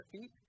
feet